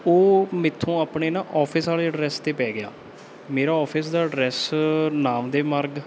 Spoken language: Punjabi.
ਉਹ ਮੇਥੋਂ ਆਪਣੇ ਨਾ ਅੋਫਿਸ ਵਾਲੇ ਐਡਰੈਸ 'ਤੇ ਪੈ ਗਿਆ ਮੇਰਾ ਅੋਫਿਸ ਦਾ ਐਡਰੈਸ ਨਾਮਦੇਵ ਮਾਰਗ